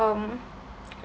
um